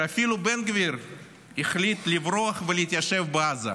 שאפילו בן גביר החליט לברוח ולהתיישב בעזה,